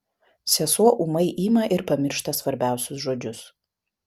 sesuo ūmai ima ir pamiršta svarbiausius žodžius